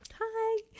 hi